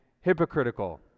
hypocritical